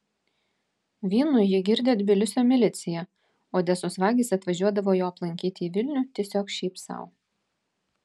vynu jį girdė tbilisio milicija odesos vagys atvažiuodavo jo aplankyti į vilnių tiesiog šiaip sau